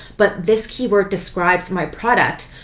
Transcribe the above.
but this keyword describes my product.